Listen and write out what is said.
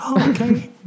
Okay